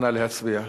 נא להצביע.